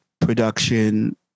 production